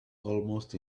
almost